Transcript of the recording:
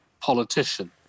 politician